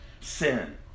sin